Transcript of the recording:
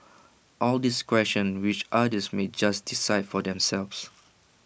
all these questions which others may just decide for themselves